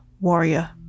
warrior